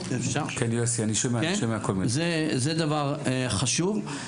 זה דבר חשוב.